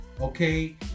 Okay